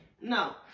no